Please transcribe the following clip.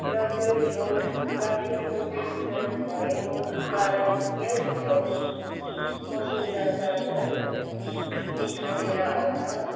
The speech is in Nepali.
र त्यो ठाउँ प्राकृतिको बिचमा भएको कारण यस ठाउँको सुन्दरता झन् निखारेर आउँछ